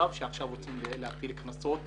וזה המצב שבגינו רוצים עכשיו להטיל קנסות.